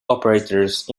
operators